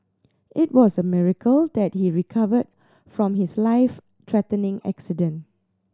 it was a miracle that he recovered from his life threatening accident